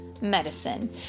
medicine